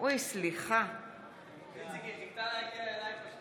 אינה נוכחת